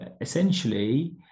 essentially